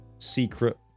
Secret